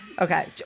Okay